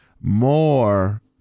more